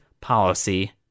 policy